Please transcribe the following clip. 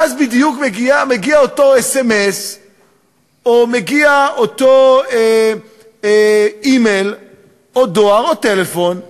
ואז בדיוק מגיע אותו סמ"ס או מגיע אותו מייל או דואר או טלפון: